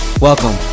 welcome